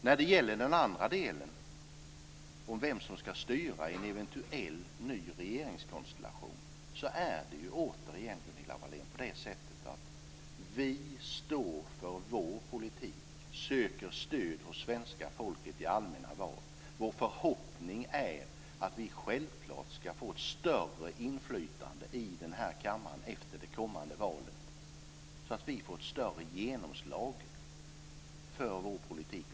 När det gäller den andra delen, vem som ska styra i en eventuell ny regeringskonstellation, är det återigen på det sättet att vi står för vår politik och söker stöd hos svenska folket i allmänna val. Vår förhoppning är självfallet att vi ska få ett större inflytande i den här kammaren efter det kommande valet, så att vi får ett större genomslag för vår politik.